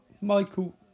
Michael